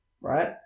right